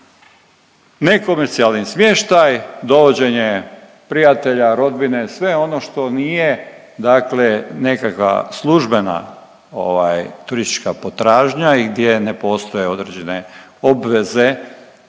nekomercijalni smještaj, dovođenje prijatelja, rodbine, sve ono što nije dakle nekakva službena ovaj turistička potražnja i gdje ne postoje određene obveze